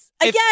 Again